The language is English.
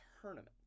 tournament